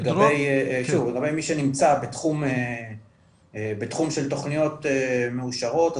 לגבי מי שנמצא בתחום של תכניות מאושרות,